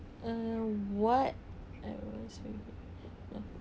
uh what